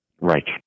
Right